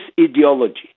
ideology